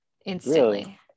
Instantly